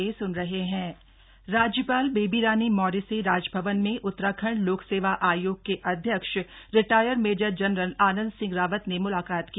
राज्यपाल राज्यपाल बेबी रानी मौर्य से राजभवन में उत्तराखण्ड लोक सेवा आयोग के अध्यक्ष retired major general Anand Singh Rawat ने मुलाकात की